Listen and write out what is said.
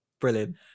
Brilliant